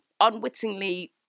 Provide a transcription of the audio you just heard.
unwittingly